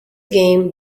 game